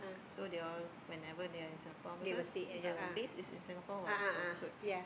you they'll whenever they are in Singapore because the base is in Singapore what for Scoot